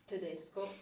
tedesco